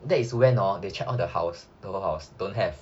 that is when hor they check all the house the whole house don't have